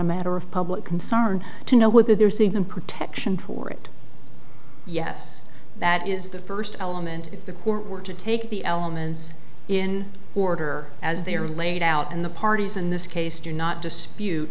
a matter of public concern to know whether they're seeing them protection for it yes that is the first element if the court were to take the elements in order as they are laid out and the parties in this case do not dispute